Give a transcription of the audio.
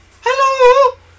hello